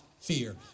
fear